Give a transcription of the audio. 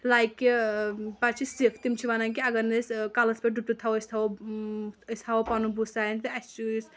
like کہِ پَتہٕ چھِ سِکھ تِم چھِ وَنان کہِ اَگر نہٕ أسۍ کَلس پٮ۪ٹھ ڈُپٹہ تھاوو أسۍ ہاوو پَنُن بُتھ سارنٕے تہٕ اَسہِ چھُ